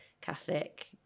Catholic